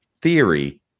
theory